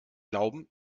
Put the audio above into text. glauben